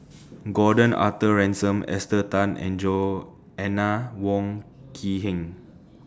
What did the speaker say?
Gordon Arthur Ransome Esther Tan and Joanna Wong Quee Heng